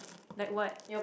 like what